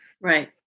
Right